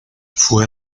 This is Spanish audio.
fue